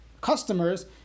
customers